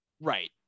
Right